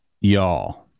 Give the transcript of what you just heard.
y'all